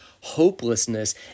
hopelessness